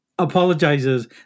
apologizes